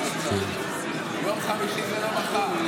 יום חמישי זה לא מחר.